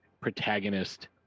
protagonist